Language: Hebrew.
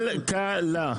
כלכלה.